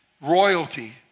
royalty